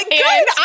good